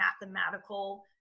mathematical